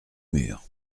mur